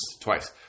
Twice